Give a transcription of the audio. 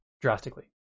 drastically